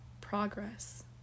progress